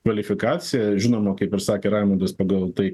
kvalifikacija žinoma kaip ir sakė raimondas pagal tai